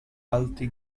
alti